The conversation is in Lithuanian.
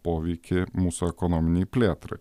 poveikį mūsų ekonominei plėtrai